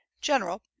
General